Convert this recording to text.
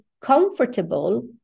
comfortable